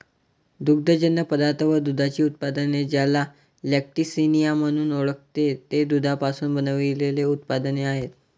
दुग्धजन्य पदार्थ व दुधाची उत्पादने, ज्याला लॅक्टिसिनिया म्हणून ओळखते, ते दुधापासून बनविलेले उत्पादने आहेत